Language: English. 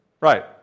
Right